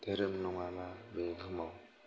धोरोम नंआबा बे बुहुमाव